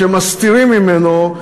כשמסתירים ממנו,